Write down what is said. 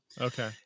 Okay